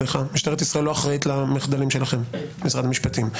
משטרת ישראל לא אחראית למחדלים שלכם משרד המשפטים.